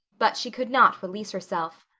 but she could not release herself.